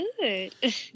good